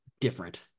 different